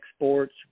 exports